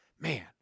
man